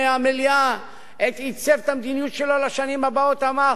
המליאה הוא עיצב את המדיניות שלו לשנים הבאות ואמר: